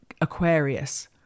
Aquarius